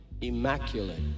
immaculate